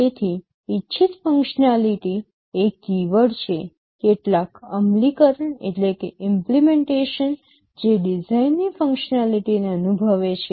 તેથી ઇચ્છિત ફંક્સનાલીટી એ કીવર્ડ છે કેટલાક અમલીકરણ જે ડિઝાઇનની ફંક્સનાલીટીને અનુભવે છે